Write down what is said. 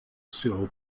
seal